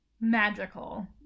magical